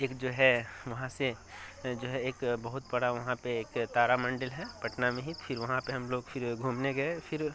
ایک جو ہے وہاں سے جو ہے ایک بہت بڑا وہاں پہ ایک تارا منڈل ہے پٹنہ میں ہی وہاں پہ ہم لوگ پھر گھومنے گئے پھر